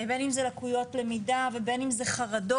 בין אם זה לקויות למידה ובין אם זה חרדות